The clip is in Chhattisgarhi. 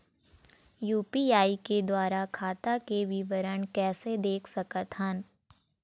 यू.पी.आई के द्वारा खाता के विवरण कैसे देख सकत हन?